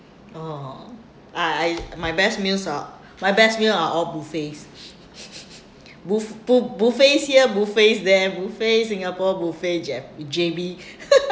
oh I I (um)my best meals uh my best meal are all buffets bu~ bu~ buffets here buffets there buffet singapore buffet J_B